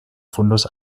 fundus